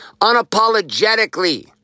unapologetically